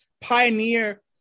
pioneer